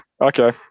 Okay